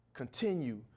Continue